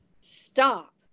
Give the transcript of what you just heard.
stop